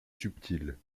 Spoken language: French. subtil